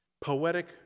Poetic